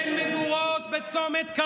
לא חוסמים כבישים.